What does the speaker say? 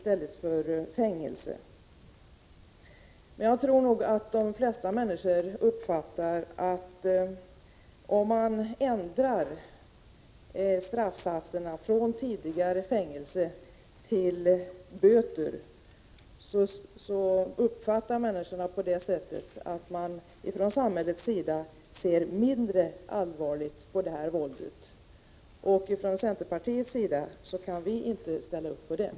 Jag tror emellertid att de flesta människor uppfattar en ändring av straffsatsen från fängelse till böter som att samhället ser mindre allvarligt på detta våld. Centerpartiet kan inte ställa upp på detta.